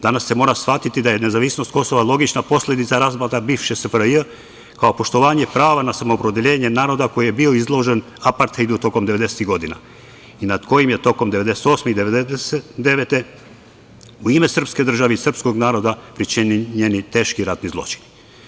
Danas se mora shvatiti da je nezavisnost Kosova logična posledica raspada bivše SFRJ, kao poštovanje prava na samoopredeljenje naroda koji je bio izložen aparthejdu tokom devedesetih godina i nad kojim su tokom 1998. i 1999. godine u ime srpske države i srpskog naroda pričinjeni teški ratni zločini.